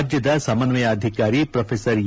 ರಾಜ್ಲದ ಸಮನ್ವಯ ಅಧಿಕಾರಿ ಪ್ರೊಫೆಸರ್ ಎ